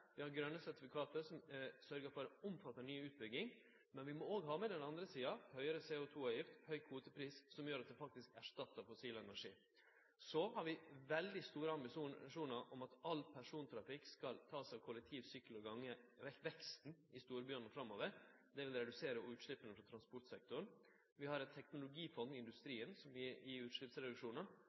Vi har grøne sertifikat som sørgjer for omfattande ny utbygging, men vi må òg ha med den andre sida – høgare CO2 -avgift og høg kvotepris som gjer at det faktisk erstattar fossil energi. Vi har veldig store ambisjonar om at veksten i all persontrafikk i storbyane framover skal takast av kollektiv, sykkel og gange. Vi har eit teknologifond i